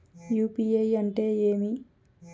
UPI అంటే ఏమి?